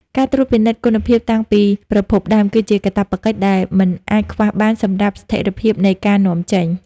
ការត្រួតពិនិត្យគុណភាពតាំងពីប្រភពដើម គឺជាកាតព្វកិច្ចដែលមិនអាចខ្វះបានសម្រាប់ស្ថិរភាពនៃការនាំចេញ។